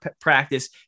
practice